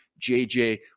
JJ